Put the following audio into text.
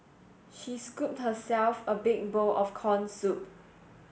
she scooped herself a big bowl of corn soup